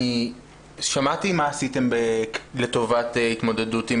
אני שמעתי מה עשיתם לטובת התמודדות עם